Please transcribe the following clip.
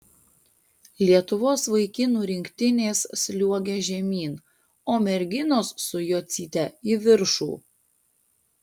lietuvos vaikinų rinktinės sliuogia žemyn o merginos su jocyte į viršų